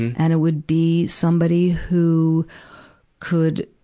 and it would be somebody who could,